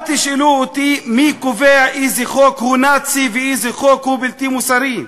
אל תשאלו אותי מי קובע איזה חוק הוא נאצי ואיזה חוק הוא בלתי מוסרי.